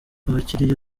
abakiriya